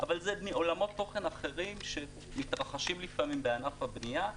אבל זה מעולמות תוכן אחרים שמתרחשים לפעמים בענף הבנייה.